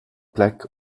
plek